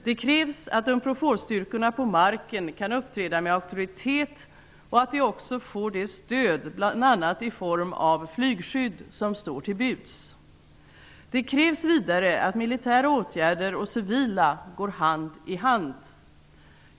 Det krävs att Unproforstyrkorna på marken kan uppträda med auktoritet och att de också får det stöd, bl.a. i form av flygskydd, som står till buds. -- Det krävs vidare att militära och civila åtgärder går hand i hand.